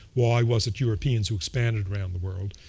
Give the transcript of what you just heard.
why was it europeans who expanded around the world,